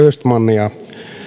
östmania